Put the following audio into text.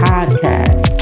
Podcast